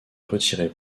retirer